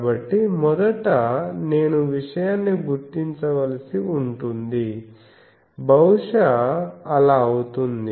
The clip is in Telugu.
కాబట్టి మొదట నేను విషయాన్ని గుర్తించవలసి ఉంటుంది బహుశా అలా అవుతుంది